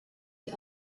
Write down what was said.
die